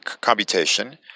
computation